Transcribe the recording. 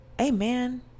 amen